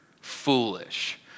foolish